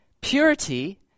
purity